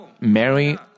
Mary